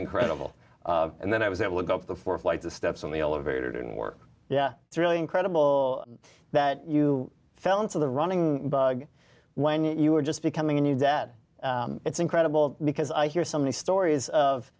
incredible and then i was it would go up to four flights of steps on the elevator didn't work yeah it's really incredible that you fell into the running bug when you were just becoming a new dad it's incredible because i hear so many stories